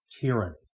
tyranny